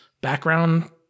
background